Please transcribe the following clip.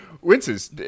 winters